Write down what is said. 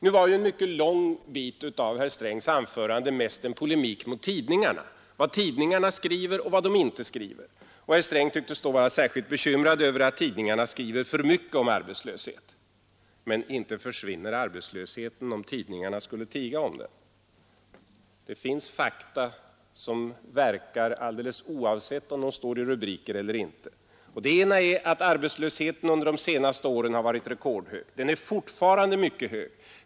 Nu var en mycket lång bit av herr Strängs anförande mest en polemik mot tidningarna. Vad tidningarna skriver och vad de inte skriver. Herr Sträng tycktes vara särskilt bekymrad över att tidningarna skriver för mycket om arbetslösheten. Men inte försvinner arbetslösheten om tidningarna skulle tiga om den. Det finns fakta som verkar alldeles oavsett om de står i rubriker eller inte. Det ena är att arbetslösheten under de senaste åren varit rekordhög. Den är fortfarande mycket hög.